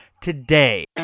today